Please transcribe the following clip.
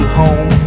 home